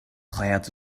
clouds